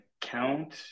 count